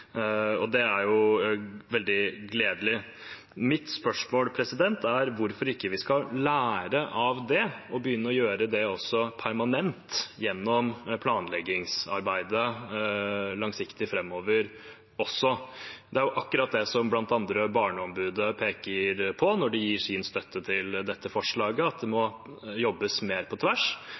og det er veldig gledelig. Mitt spørsmål er hvorfor vi ikke skal lære av det og begynne å gjøre det permanent gjennom det langsiktige planleggingsarbeidet framover. Det er akkurat det som blant andre Barneombudet peker på når de gir sin støtte til dette forslaget, at det må jobbes mer på tvers.